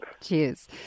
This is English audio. Cheers